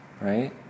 Right